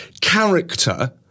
character